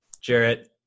Jarrett